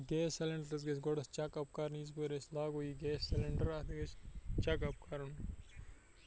gas cylinders گژھِ گۄڈنٮ۪تھ checkup کَرنہٕ وِزِ اگر أسۍ لاگو یہِ گیس سِلینڈَر اَتھ گژھِ چَکَپ کَرُن